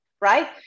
right